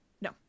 no